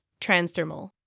transdermal